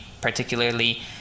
particularly